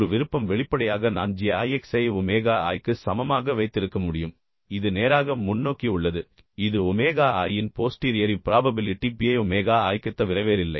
ஒரு விருப்பம் வெளிப்படையாக நான் g i x ஐ ஒமேகா i க்கு சமமாக வைத்திருக்க முடியும் இது நேராக முன்னோக்கி உள்ளது இது ஒமேகா i இன் போஸ்ட்டீரியரி ப்ராபபிலிட்டி p ஐ ஒமேகா i க்குத் தவிர வேறில்லை